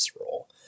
role